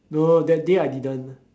no that day I didn't